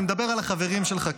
אני מדבר על החברים שלך,